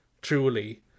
truly